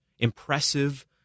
Impressive